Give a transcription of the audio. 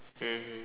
mmhmm